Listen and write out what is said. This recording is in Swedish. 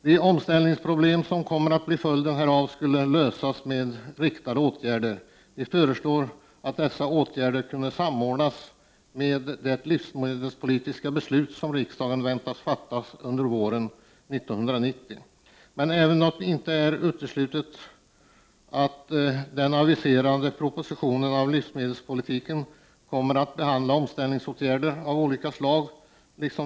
De omställningsproblem som kommer att bli följden härav skulle lösas med riktade åtgärder i stället. Folkpartiet föreslår att dessa åtgärder skall samordnas med det livsmedelspolitiska beslut som riksdagen väntas fatta under våren 1990. Det är inte uteslutet att den aviserade propositionen om livsmedelspolitiken kommer att behandla omställningsåtgärder av olika slag.